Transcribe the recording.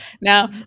now